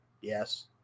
Yes